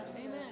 Amen